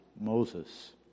Moses